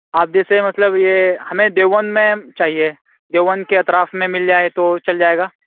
آپ جیسے مطلب یہ ہمیں دیوبند میں چاہیے دیوبند کے اطراف میں مل جائے تو چل جائے گا